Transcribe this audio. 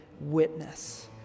witness